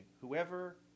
whoever